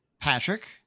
Patrick